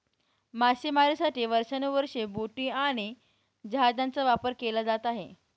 मासेमारीसाठी वर्षानुवर्षे बोटी आणि जहाजांचा वापर केला जात आहे